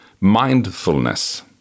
mindfulness